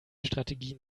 strategien